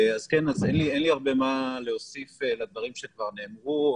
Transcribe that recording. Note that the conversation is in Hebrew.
אז אין לי הרבה מה להוסיף לדברים שכבר נאמרו.